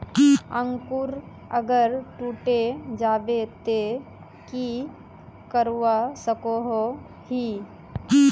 अंकूर अगर टूटे जाबे ते की करवा सकोहो ही?